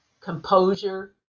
composure